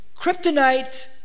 Kryptonite